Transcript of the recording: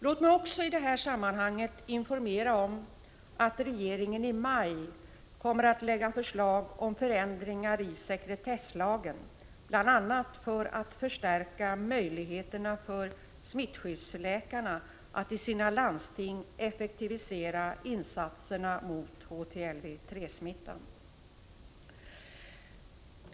Låt mig också i detta sammanhang informera om att regeringen i maj kommer att lägga fram förslag om förändringar i sekretesslagen, bl.a. för att förstärka möjligheterna för smittskyddsläkarna att i sina landsting effektivisera insatserna mot HTLV-III-smittan.